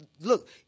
look